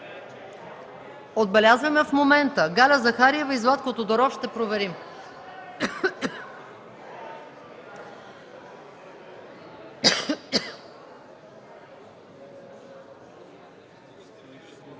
отбелязвам я в момента; Галя Захариева и Златко Тодоров – ще проверим;